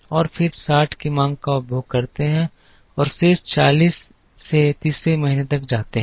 और फिर 60 की मांग का उपभोग करते हैं और शेष 40 से तीसरे महीने तक ले जाते हैं